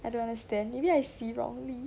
I don't understand maybe I see wrongly